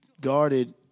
guarded